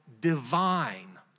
divine